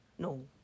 No